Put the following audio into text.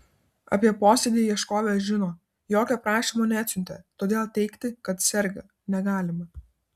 apie posėdį ieškovė žino jokio prašymo neatsiuntė todėl teigti kad serga negalima